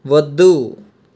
వద్దు